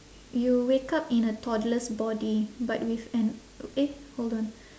you wake up in a toddler's body but with an eh hold on